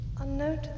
unknown